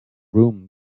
room